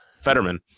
Fetterman